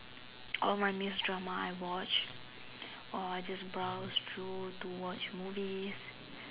all my missed dramas I watch or I just browse through to watch movies